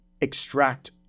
extract